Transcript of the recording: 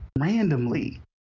randomly